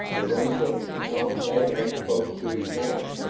the reins of his mount dangling close to his hand,